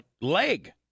leg